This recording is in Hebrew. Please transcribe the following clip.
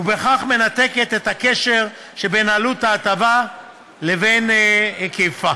ובכך מנתקת את הקשר שבין עלות ההטבה לבין היקפה.